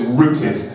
rooted